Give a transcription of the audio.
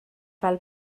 fel